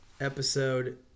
episode